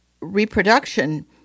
reproduction